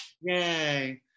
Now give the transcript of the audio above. Yay